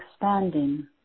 expanding